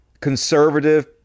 conservative